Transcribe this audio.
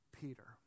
Peter